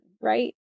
right